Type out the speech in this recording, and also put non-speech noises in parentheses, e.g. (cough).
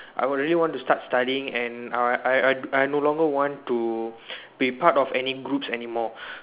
I would really want to start studying and I I I I no longer want to be part of any groups anymore (breath)